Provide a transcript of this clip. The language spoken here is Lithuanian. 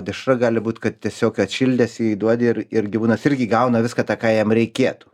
dešra gali būt kad tiesiog atšildęs jį duodi ir ir gyvūnas irgi gauna viską ką jam reikėtų